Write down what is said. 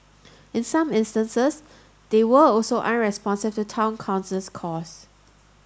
in some instances they were also unresponsive to Town Council's calls